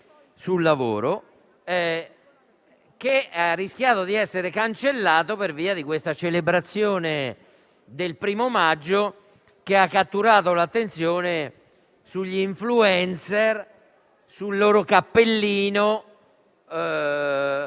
una notizia che ha rischiato di essere cancellata per via di questa celebrazione del 1° maggio che ha catturato l'attenzione sugli *influencer*, sul loro cappellino e